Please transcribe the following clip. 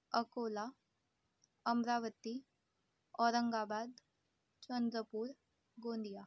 Akola Amravati Aurangabad Chandrapur Gondia